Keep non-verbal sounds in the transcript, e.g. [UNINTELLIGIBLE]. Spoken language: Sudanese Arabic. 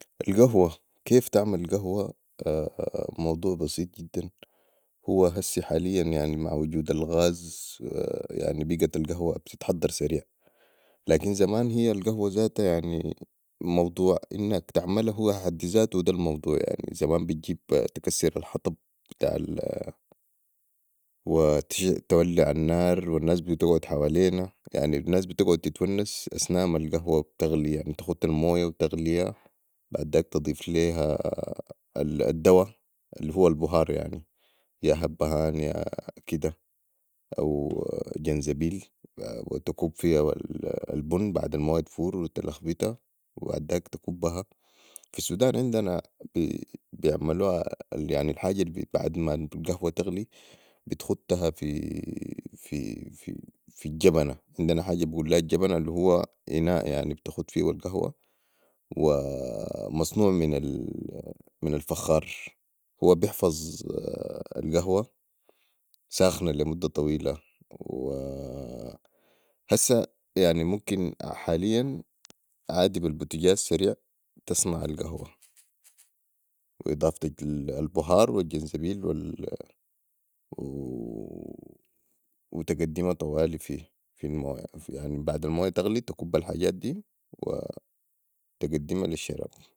القهوة كيف تعمل قهوة موضوع بسيط جداً هو هسع حالياً يعني مع وجود الغاز يعني بقت القهوة بتتحضر سريع لكن زمان هي القهوه زاتا موضوع انك تعملا وهو في حد زاتو ده الموضوع يعني زمان بتجيب تكسر الحطب بتاع ال [UNINTELLIGIBLE] وتولع النار والناس بتقعد حوالينا والناس بتقعد تتونس أثناء ما القهوة بتغلي يعني تخت المويه وتغايها بعداك تضيف ليها الدواء الهو البهار يعني يا هبهان يا كده او جنزبيل وتكب فيها البن بعد المويه تفور وتلخبطا وبعداك تكبها في السودان عندنا بعملوها يعني الحاجة بعد ما القهوة تغلي بتختها في [HESITATION] الجبنة عندنا حاجه بقوليها الجبنة الهوا اناء يعني بتخت فيهو القهوة ومصنوع من الفخار هو بحفظ القهوة ساخنة لي مده طويلة وهسع يعني ممكن حالياً عادي بي البتجاز سريع تصنع القهوة واضافه البهاروالجنزبيل [HESITATION] وتفدما طوالي في المويه بعد المويه تغلي تكب الحجات دي وتقدما لي الشراب